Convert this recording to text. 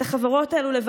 את החברות האלה,